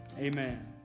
Amen